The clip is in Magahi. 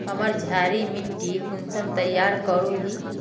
हमार क्षारी मिट्टी कुंसम तैयार करोही?